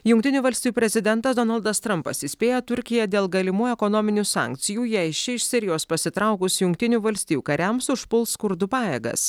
jungtinių valstijų prezidentas donaldas trampas įspėjo turkiją dėl galimų ekonominių sankcijų jei ši iš sirijos pasitraukus jungtinių valstijų kariams užpuls kurdų pajėgas